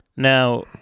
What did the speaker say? Now